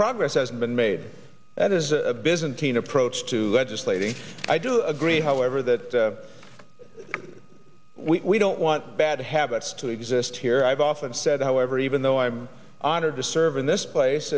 progress has been made that is a byzantine approach to legislate and i do agree however that we don't want bad habits to exist here i've often said however even though i'm honored to serve in this place